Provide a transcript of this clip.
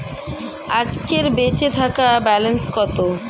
আজকের বেচে থাকা ব্যালেন্স কত?